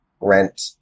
rent